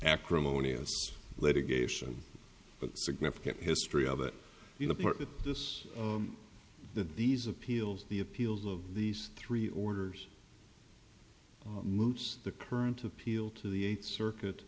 acrimonious litigation but significant history of it you know part of this that these appeals the appeals of these three orders moves the current appeal to the eighth circuit